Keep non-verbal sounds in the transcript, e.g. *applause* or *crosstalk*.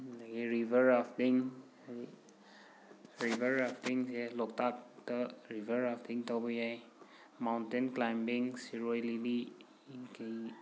ꯑꯗꯒꯤ river rafting ꯑꯗꯩ river ꯔꯥꯞꯇꯤꯡꯁꯦ ꯂꯣꯛꯇꯥꯛꯇ ꯔꯤꯚꯔ ꯔꯥꯞꯇꯤꯡ ꯇꯧꯕ ꯌꯥꯏ ꯃꯥꯎꯟꯇꯦꯟ ꯀ꯭ꯂꯥꯏꯝꯕꯤꯡ ꯁꯤꯔꯣꯏ ꯂꯤꯂꯤ *unintelligible*